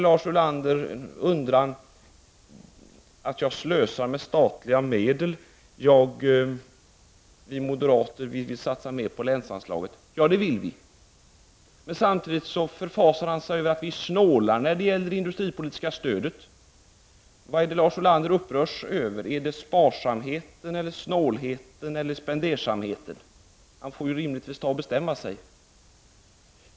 Lars Ulander tycker att jag slösar med statliga medel. Vi moderater vill satsa mer på länsanslaget. Ja, det vill vi. Samtidigt förfasar han sig över att vi snålar när det gäller det industripolitiska stödet. Vad är det Lars Ulander upprörs över: är det sparsamhet eller spendersamhet? Han får rimligtvis bestämma sig.